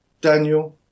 Daniel